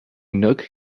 nook